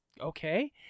okay